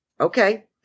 Okay